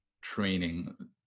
training